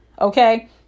Okay